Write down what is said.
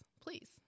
please